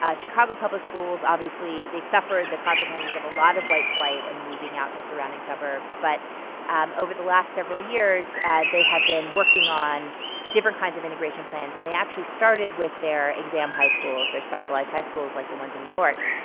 ah chicago public schools, obviously they suffered the consequences of a lot of white flight and moving out to surrounding suburbs. but um over the last several years, and they have been working on different kinds of integration plans. and they actually started with their exam high schools, their specialized high schools like the ones in new york.